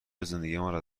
زندگیمان